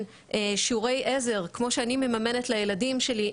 שיעורי עזר כמו שאני מממנת לילדים שלי,